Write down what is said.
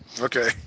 Okay